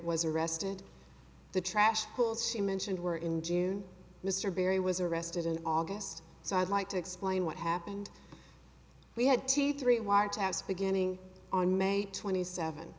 was arrested the trash pulls she mentioned were in june mr barry was arrested in august so i'd like to explain what happened we had two three wiretaps beginning on may twenty seven